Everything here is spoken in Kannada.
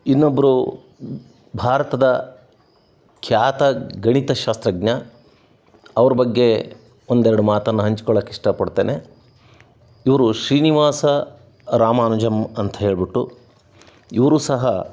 ಇನ್ನೊಬ್ಬರು ಭಾರತದ ಖ್ಯಾತ ಗಣಿತಶಾಸ್ತ್ರಜ್ಞ ಅವ್ರ ಬಗ್ಗೆ ಒಂದೆರಡು ಮಾತನ್ನು ಹಂಚ್ಕೊಳ್ಳೋಕ್ಕಿಷ್ಟಪಡ್ತೇನೆ ಇವರು ಶ್ರೀನಿವಾಸ ರಾಮಾನುಜಮ್ ಅಂತ ಹೇಳಿಬಿಟ್ಟು ಇವರು ಸಹ